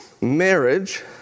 marriage